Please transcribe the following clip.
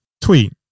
Tweet